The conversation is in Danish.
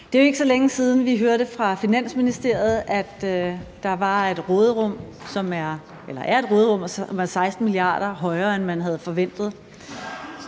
Det er jo ikke så længe siden, vi hørte fra Finansministeriet, at der er et råderum, som er 16 mia. kr. højere, end man havde forventet.